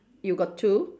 you got two